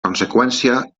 conseqüència